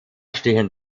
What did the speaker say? stehen